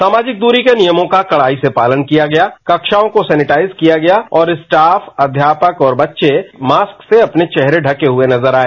सामाजिक दूरी के नियमों का कड़ाई से पालन किया गया कक्षाओं को सैनिटाइज किया गया और स्टाफ अध्यापक तथा बच्चे मास्क से अपने चेहरे ढके हुए नजर आए